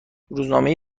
روزنامه